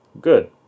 good